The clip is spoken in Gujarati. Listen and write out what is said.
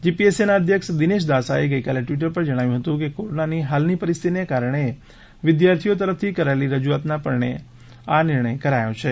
જીપીએસસીના અધ્યક્ષ દિનેશ દાસાએ ગઇકાલે ટ઼વિટર પર જણાવ્યું હતું કે કોરોનાની હાલની પરિસ્થિતીના કારણે વિદ્યાર્થીઓએ તરફથી કરાયેલી રજૂઆતના પગલે આ નિર્ણય કરાયો છે